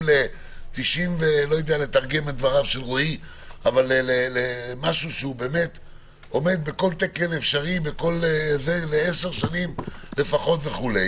למשהו שעומד בכל תקן אפשרי לעשר שנים לפחות וכו',